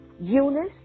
Eunice